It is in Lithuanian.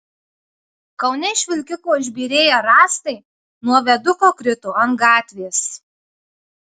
kaune iš vilkiko išbyrėję rąstai nuo viaduko krito ant gatvės